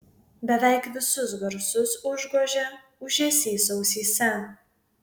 beveik visus garsus užgožė ūžesys ausyse